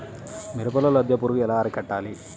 మిరపలో లద్దె పురుగు ఎలా అరికట్టాలి?